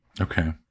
okay